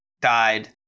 died